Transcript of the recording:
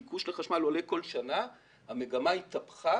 הביקוש לחשמל עולה כל שנה, המגמה התהפכה.